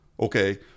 okay